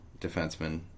defenseman